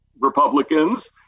Republicans